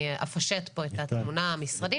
אני אפשט פה את התמונה המשרדית.